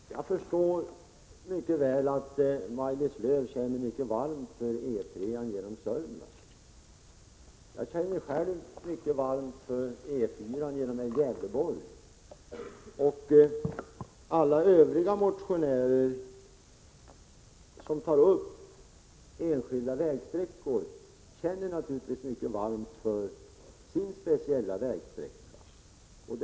Herr talman! Jag förstår mycket väl att Maj-Lis Lööw känner varmt för E 3:ans sträckning genom Södermanland. Jag känner själv mycket varmt för den del av E 4:an som går genom Gävleborgs län. Alla övriga motionärer som tar upp enskilda vägsträckor känner naturligtvis mycket varmt för sina speciella vägar.